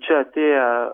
čia atėję